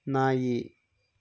ನಾಯಿ